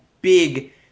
big –